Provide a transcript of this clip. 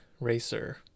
racer